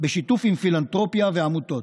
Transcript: בשיתוף עם פילנתרופיה ועמותות.